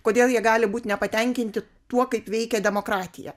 kodėl jie gali būti nepatenkinti tuo kaip veikia demokratija